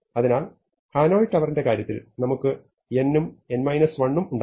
അതിനാൽ ഹനോയ് ടവറിന്റെ കാര്യത്തിൽ നമുക്ക് n ഉം n 1 ഉം ഉണ്ടായിരുന്നു